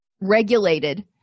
regulated